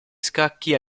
scacchi